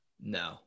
no